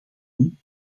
toen